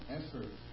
effort